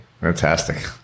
Fantastic